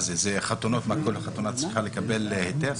מה, כל חתונה צריכה לקבל היתר?